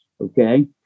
okay